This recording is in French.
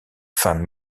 femme